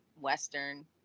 Western